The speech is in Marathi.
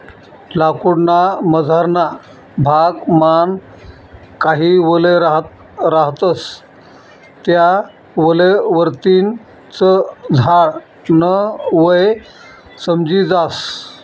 लाकूड ना मझारना भाग मान काही वलय रहातस त्या वलय वरतीन च झाड न वय समजी जास